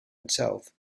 itself